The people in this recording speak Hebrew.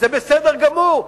זה בסדר גמור,